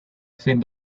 sin